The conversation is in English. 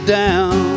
down